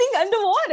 underwater